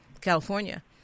California